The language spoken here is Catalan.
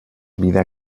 vida